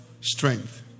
strength